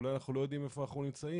אולי אנחנו לא יודעים איפה אנחנו נמצאים